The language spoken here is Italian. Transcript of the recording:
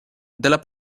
della